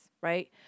right